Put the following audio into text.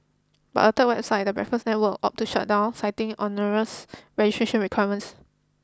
but a third website the Breakfast Network opted to shut down citing onerous registration requirements